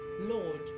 Lord